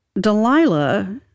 Delilah